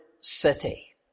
city